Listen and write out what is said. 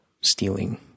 stealing